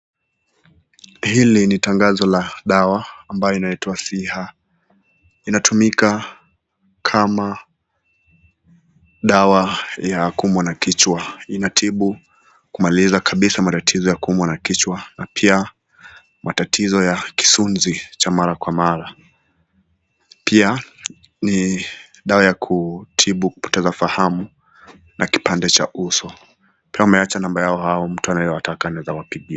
Hili ni tangazo la dawa ambayo inaitwa SIHA. Inatumika kama dawa ya kuumwa na kichwa. Inatibu kumaliza kabisa matatizo ya kuumwa na kichwa na pia matatizo ya kisunzi cha mara kwa mara. Pia ni dawa ya kutibu kupoteza ufahamu na kipanda cha uso. Pia wameacha namba yao hao mtu anayewataka anaweza kuwapigia.